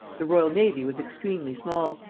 the royal navy was extremely small,